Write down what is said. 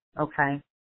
okay